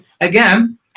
again